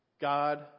God